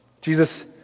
Jesus